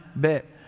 bit